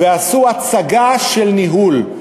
ועשו הצגה של ניהול.